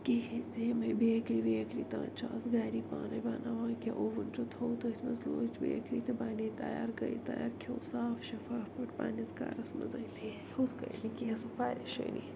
کِہیٖنٛۍ تہٕ یِمے بیکری ویکری تانۍ چھِ اَز گری پانے بناوان أکیٛاہ اوَوُن چھُ تھوٚو تٔتھۍ مَنٛز لٲج بیکری تہٕ بنے تیار گٔے تیار کھیوٚو صاف شفاف پٲٹھۍ پَنٕنِس گَرَس مَنٛز ہُتھٕ پٲٹھۍ نہٕ کیٚنٛہہ سُہ پریشٲنی